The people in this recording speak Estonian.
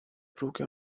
pruugi